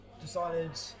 Decided